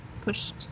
pushed